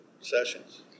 sessions